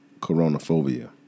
Coronaphobia